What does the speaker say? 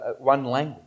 language